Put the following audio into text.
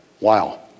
Wow